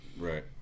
Right